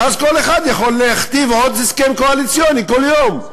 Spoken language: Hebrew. ואז כל אחד יכול להכתיב עוד הסכם קואליציוני כל יום.